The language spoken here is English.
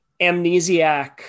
amnesiac